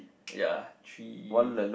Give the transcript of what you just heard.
ya three